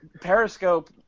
periscope